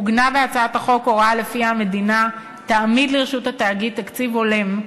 עוגנה בהצעת החוק הוראה שלפיה המדינה תעמיד לרשות התאגיד תקציב הולם,